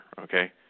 Okay